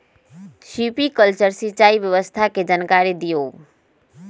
Sprinkler सिंचाई व्यवस्था के जाकारी दिऔ?